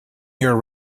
year